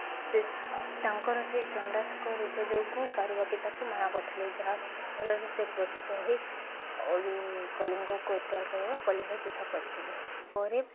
ସେ ତାଙ୍କର ସେଇ ଚଣ୍ଡାଶୋକ ରୂପ ଯୋଗୁଁ କାରୁବାକି ତାକୁ ମନା କରିଥିଲେ ଯାହା ଫଳରେ ସେ କ୍ରୋଧିତ ହୋଇ କଳିଙ୍ଗକୁ ଅକ୍ତିଆର୍ କରି ବା କଳିଙ୍ଗ ଯୁଦ୍ଧ କରିଥିଲେ ପରେ